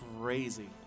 crazy